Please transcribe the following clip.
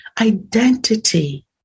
identity